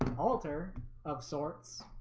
altar of sorts